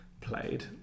played